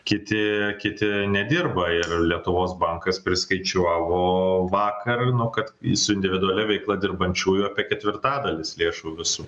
kiti kiti nedirba ir lietuvos bankas priskaičiavo vakar nu kad su individualia veikla dirbančiųjų apie ketvirtadalis lėšų visų